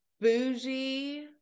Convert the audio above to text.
bougie